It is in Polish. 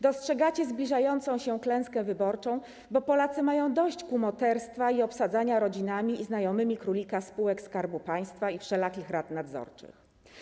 Dostrzegacie zbliżającą się klęskę wyborczą, bo Polacy mają dość kumoterstwa i obsadzania rodzinami i znajomymi królika spółek Skarbu Państwa i wszelakich rad nadzorczych.